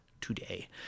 today